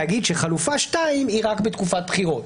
להגיד שהחלופה השנייה היא רק בתקופת בחירות.